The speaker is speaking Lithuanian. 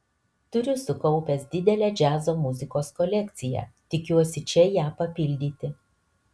turiu sukaupęs didelę džiazo muzikos kolekciją tikiuosi čia ją papildyti